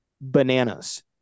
bananas